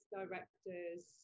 directors